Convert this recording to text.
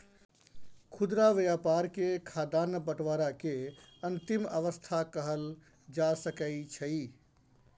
खुदरा व्यापार के खाद्यान्न बंटवारा के अंतिम अवस्था कहल जा सकइ छइ